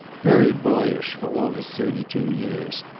very boyish, for all his thirty-two years.